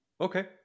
Okay